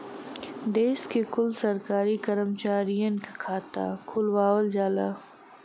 देश के कुल सरकारी करमचारियन क खाता खुलवावल जाला